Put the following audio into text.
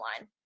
line